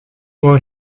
war